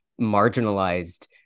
marginalized